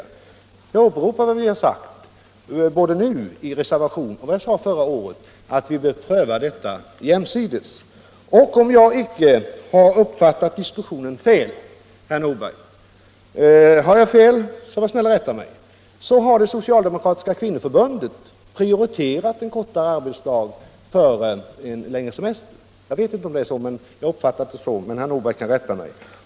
Då vill jag upprepa vad vi har sagt både förra året och i reservationen i år, nämligen att vi vill föra dessa båda krav jämsides. Och om jag inte har uppfattat diskussionen fel, herr Nordberg, så har det socialdemokratiska kvinnoförbundet prioriterat en kortare arbetsdag framför en längre semester. Jag vet inte om jag har uppfattat rätt, i annat fall kan ju herr Nordberg rätta mig.